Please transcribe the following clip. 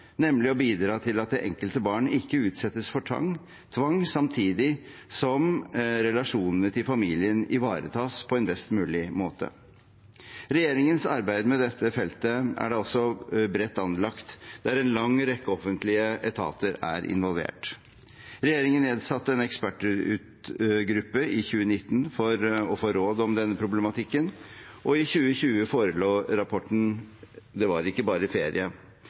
nemlig å bidra til at det enkelte barn ikke utsettes for tvang, samtidig som relasjonene til familien ivaretas på en best mulig måte. Regjeringens arbeid med dette feltet er da også bredt anlagt, der en lang rekke offentlige etater er involvert. Regjeringen nedsatte en ekspertgruppe i 2019 for å få råd om denne problematikken, og i 2020 forelå rapporten «Det var ikke bare ferie»,